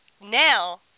now